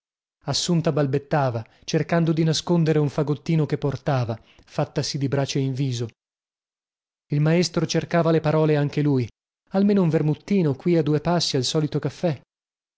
assunta balbettava cercando di nascondere un fagottino che portava fattasi di brace in viso il maestro cercava le parole anche lui almeno un vermuttino qui a due passi al solito caffè